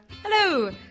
Hello